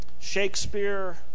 Shakespeare